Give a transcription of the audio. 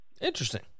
Interesting